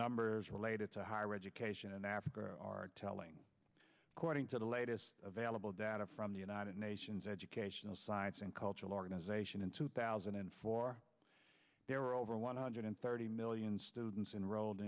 numbers related to higher education in africa telling according to the latest available data from the united nations educational science and cultural organization in two thousand and four there are over one hundred thirty million students enrolled